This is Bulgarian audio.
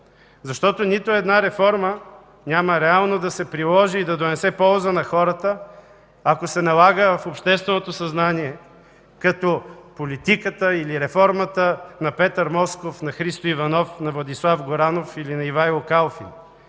защото нито една реформа няма реално да се приложи и да донесе полза на хората, ако се налага в общественото съзнание като политиката или реформата на Петър Москов, на Христо Иванов, на Владислав Горанов или на Ивайло Калфин.